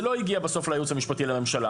זה לא הגיע בסוף לייעוץ המשפטי לממשלה